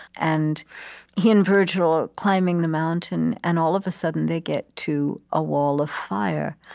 and he and virgil are climbing the mountain, and all of a sudden, they get to a wall of fire,